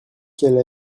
qu’elle